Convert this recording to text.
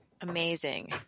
Amazing